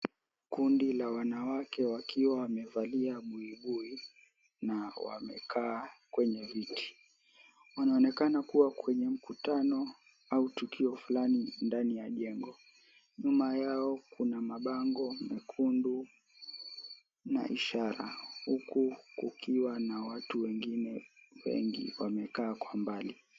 Kundi la wanawake wakiwa wamevalia buibui na wamekaa kwenye viti. Wanaonekana kuwa kwenye mkutano au tukio flani ndani ya jengo. Nyuma yao kuna mabango mekundu na ishara huku kukiwa na watu wengine wengi wamekaa kwa mbali.